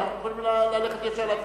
אין בעיה, אנחנו יכולים ישר להצביע.